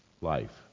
life